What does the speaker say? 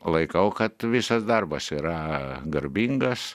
laikau kad visas darbas yra garbingas